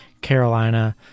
Carolina